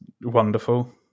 wonderful